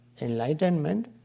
enlightenment